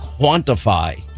quantify